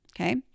Okay